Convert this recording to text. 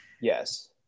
Yes